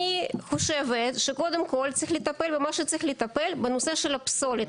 אני חושבת שקודם כל צריך לטפל במה שצריך לטפל בנושא של הפסולת.